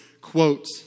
quote